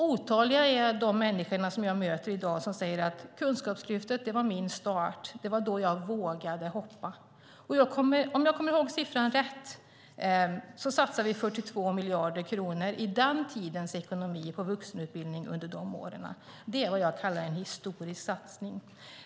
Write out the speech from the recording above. Jag möter i dag otaliga människor som säger att Kunskapslyftet var deras start, att det var då de vågade hoppa. Om jag kommer ihåg siffran rätt satsade vi 42 miljarder kronor på vuxenutbildning under de åren. Det är vad jag kallar en historisk satsning.